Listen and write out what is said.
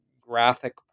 graphic